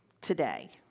today